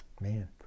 Man